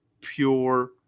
pure